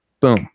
Boom